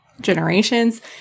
generations